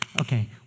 Okay